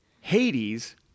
Hades